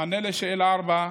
מענה על שאלה 4,